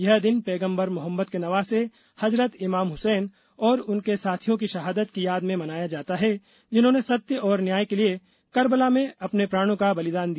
यह दिन पैगंबर मोहम्मद के नवासे हजरत इमाम हुसैन और उनके साथियों की शहादत की याद में मनाया जाता है जिन्होंने सत्य और न्याय के लिए कर्बला में अपने प्राणों का बलिदान दिया